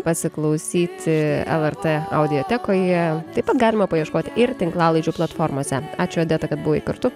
pasiklausyti lrt audiotekoje taip pat galima paieškot ir tinklalaidžių platformose ačiū odeta kad buvai kartu